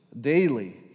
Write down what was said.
daily